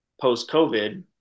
post-covid